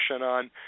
on